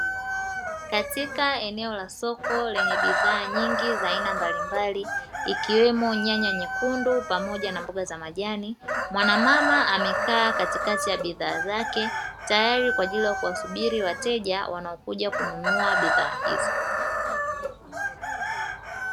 Katika eneo la soko lenye bidhaa nyingi za aina mbalimbali ikiwemo nyanya nyekundu pamoja na mboga za majani mwanamama amekaa katikati ya bidhaa zake, tayari kwa ajili ya kuwasubiri wateja wanaokuja kununua bidhaa hizo.